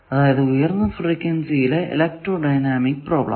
അതായതു ഉയർന്ന ഫ്രീക്വൻസിയിലെ ഇലക്ട്രോ ഡൈനാമിക് പ്രോബ്ലം